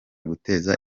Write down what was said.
guteza